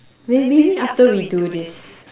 well maybe after we do this